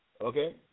Okay